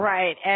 Right